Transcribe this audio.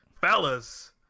fellas